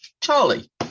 Charlie